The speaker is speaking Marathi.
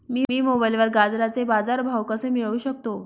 मी मोबाईलवर गाजराचे बाजार भाव कसे मिळवू शकतो?